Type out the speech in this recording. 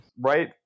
right